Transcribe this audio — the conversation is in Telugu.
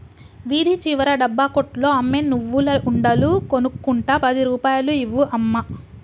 వీధి చివర డబ్బా కొట్లో అమ్మే నువ్వుల ఉండలు కొనుక్కుంట పది రూపాయలు ఇవ్వు అమ్మా